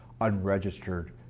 unregistered